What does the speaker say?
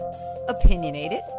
Opinionated